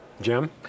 Jim